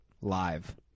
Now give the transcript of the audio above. live